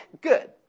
good